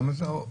למה זה ארוך?